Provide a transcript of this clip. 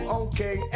okay